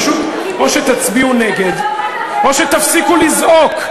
פשוט, או שתצביעו נגד או שתפסיקו לזעוק.